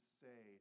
say